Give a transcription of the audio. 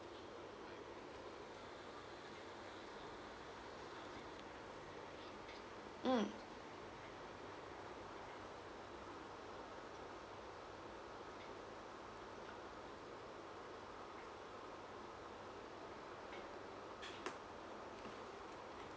mm